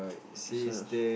so